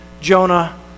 Jonah